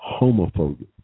homophobic